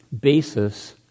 basis